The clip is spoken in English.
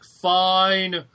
Fine